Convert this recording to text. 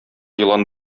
елан